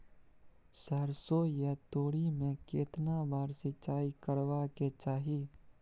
सरसो या तोरी में केतना बार सिंचाई करबा के चाही?